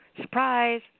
Surprise